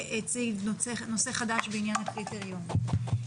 והציג נושא חדש בעניין הקריטריונים.